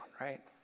right